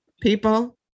people